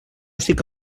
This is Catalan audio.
estic